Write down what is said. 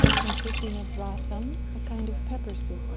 consisting of rasam a kind of pepper soup,